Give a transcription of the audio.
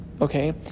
okay